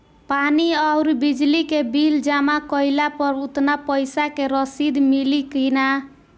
पानी आउरबिजली के बिल जमा कईला पर उतना पईसा के रसिद मिली की न?